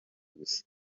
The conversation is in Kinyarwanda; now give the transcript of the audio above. gusa